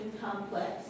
complex